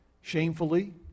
shamefully